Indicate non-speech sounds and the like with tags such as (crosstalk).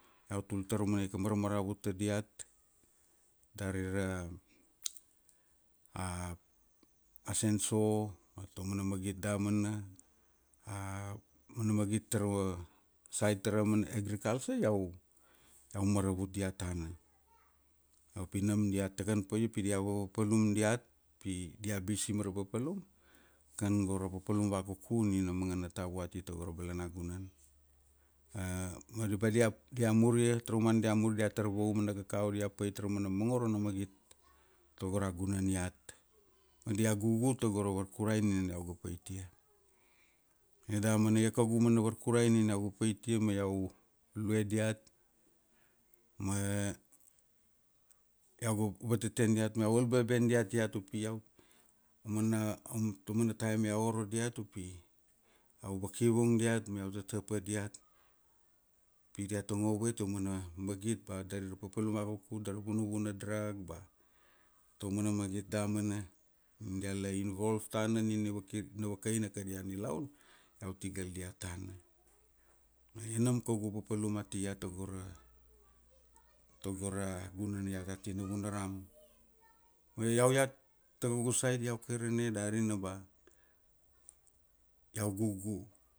Iau tul tar ra umana ika marmaravut ta diat, dari ra (hesitation) a senso, ba taumana magit damana, (hesitation) aumana magit tara, sait tara mana agriculture, iau, iau maravut diat tana. Io pi nam dia takan paia pi dia vapapalum diat, pi dia busy mara papalum, kan go ra papalum vakuku nina mangana tavua ati tago ra balanagunan. (hesitation) Mari pa dia dia muria, taumana taumana dia mur dia tar vauma na kakao dia pait ia mongoro na magit tago ra gunan iat. Ma dia gugu tago ra varkurai nina iau ga paitia. Ia daman ia kaugu mana varkurai nina iau ga paitia ma iau, lue diat ma, iau ga vataten dia ma iau ga al baben diat upi iau, mana, taumana taim iau oro diat upi iau vakivung diat ma vatata pa diat pi diata ngo vue taumana magit ba dari ra papalum vakuku tara vunuvu na drak ba taumana magit damana, ni dia la involve tana nina vakir, na vakaina kadia nilaun, iau tigal diat tana. Ma ia nam kaugu papalum ati iat togo ra, togo ra, gunan iat ati Navunaram. Ma iau iat ta kaugu sait iau kairane dari na ba, iau gugu.